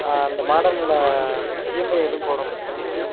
அந்த மாடல்ல இஎம்ஐ எதுவும் போட முடியுமா ப்ரோ